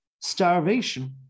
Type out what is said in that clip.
Starvation